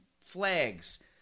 flags